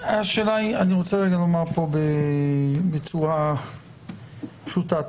אני רוצה לומר פה בצורה פשוטה,